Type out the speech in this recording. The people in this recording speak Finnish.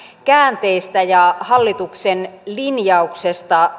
käänteistä ja hallituksen linjauksesta